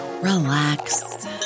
relax